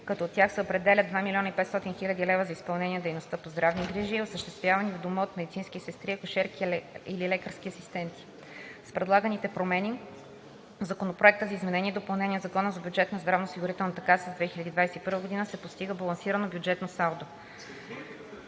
като от тях се определят 2 млн. 500 хил. лв. за изпълнение на дейността по здравни грижи, осъществявани в дома от медицински сестри, акушерки или лекарски асистенти. С предлаганите промени в Законопроекта за изменение и допълнение на Закона за бюджета на Националната здравноосигурителна каса за 2021 г. се постига балансирано бюджетно салдо.